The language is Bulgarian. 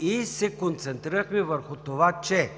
и се концентрирахме върху това, че,